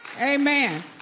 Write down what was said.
Amen